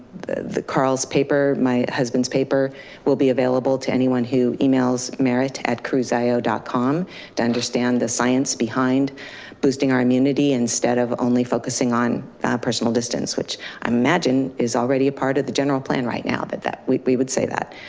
the the carl's paper, my husband's paper will be available to anyone who emails merit at cruzio dot com to understand the science behind boosting our immunity instead of only focusing on personal distance, which i imagine is already a part of the general plan right now but that we would say that.